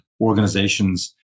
organizations